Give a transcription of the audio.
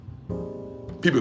People